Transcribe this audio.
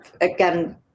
again